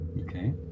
okay